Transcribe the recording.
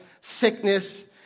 sickness